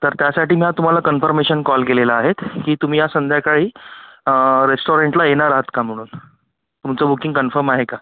तर त्यासाठी ना तुम्हाला कन्फर्मेशन कॉल केलेला आहे की तुम्ही या संध्याकाळी रेस्टाॅरंटला येणार आहात का म्हणून तुमचं बुकिंग कन्फर्म आहे का